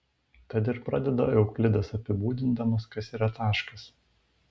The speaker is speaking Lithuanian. tad ir pradeda euklidas apibūdindamas kas yra taškas